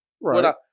Right